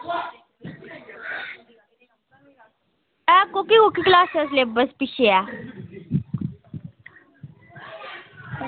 ऐ कोह्की कोह्की क्लॉसै दा सेलेब्स पिच्छे ऐ